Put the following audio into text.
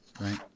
Right